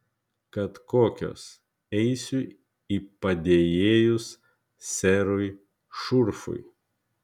kad kokios eisiu į padėjėjus serui šurfui